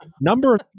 Number